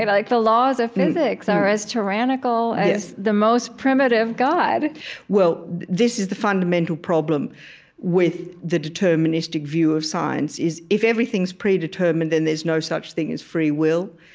like the laws of physics are as tyrannical as the most primitive god well, this is the fundamental problem with the deterministic view of science is if everything is predetermined, then there's no such thing as free will.